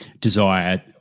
desire